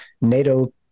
NATO